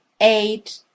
eight